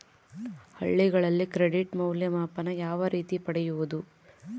ಹಳ್ಳಿಗಳಲ್ಲಿ ಕ್ರೆಡಿಟ್ ಮೌಲ್ಯಮಾಪನ ಯಾವ ರೇತಿ ಪಡೆಯುವುದು?